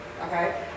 okay